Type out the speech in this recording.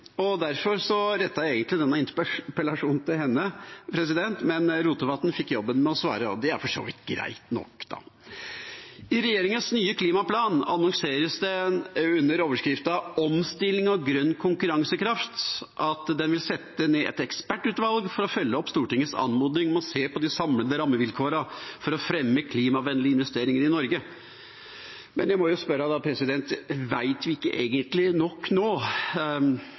og derfor rettet jeg egentlig denne interpellasjonen til henne, men Rotevatn fikk jobben med å svare, og det er for så vidt greit nok. I regjeringas nye klimaplan annonseres det under overskriften Omstilling og grøn konkurransekraft at den vil sette ned et ekspertutvalg for å følge opp Stortingets anmodning om å se på de samlede rammevilkårene for å fremme klimavennlige investeringer i Norge, men jeg må jo spørre: Vet vi egentlig ikke nok nå?